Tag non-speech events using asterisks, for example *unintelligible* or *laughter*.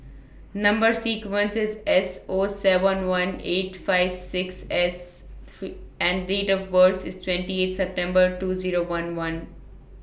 Number sequence IS S O seven one eight five six S *unintelligible* and Date of birth IS twenty eight September two Zero one one